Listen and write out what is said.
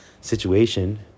situation